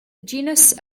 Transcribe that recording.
genus